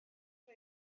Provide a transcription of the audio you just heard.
roi